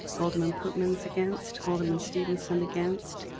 alderman pootmans against, alderman stevenson against,